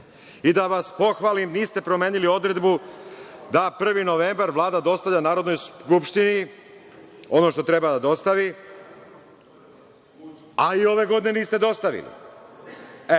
vas pohvalim, vi ste promenili odredbu da 1. novembar Vlada dostavi Narodnoj skupštini ono što treba da dostavi, ali ove godine niste dostavili.